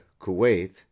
Kuwait